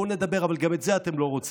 בואו נדבר, אבל גם את זה אתם לא רוצים.